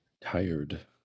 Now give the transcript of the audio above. Tired